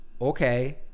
okay